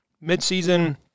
mid-season